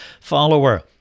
follower